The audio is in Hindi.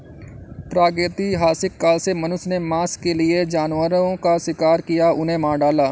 प्रागैतिहासिक काल से मनुष्य ने मांस के लिए जानवरों का शिकार किया, उन्हें मार डाला